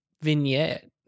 vignette